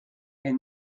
est